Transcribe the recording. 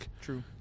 True